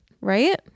Right